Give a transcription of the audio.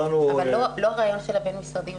אבל לא הרעיון של הבין משרדי --- כן,